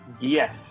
Yes